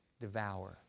devour